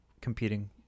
competing